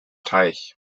teich